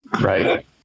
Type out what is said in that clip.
Right